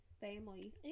family